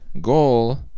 goal